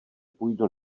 půjdu